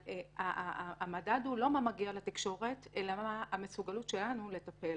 אבל המדד הוא לא מה מגיע לתקשורת אלא מה המסוגלות שלנו לטפל.